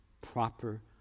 proper